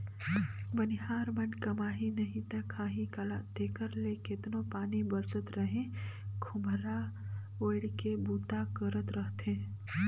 बनिहार मन कमाही नही ता खाही काला तेकर ले केतनो पानी बरसत रहें खोम्हरा ओएढ़ के बूता करत रहथे